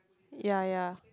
ya ya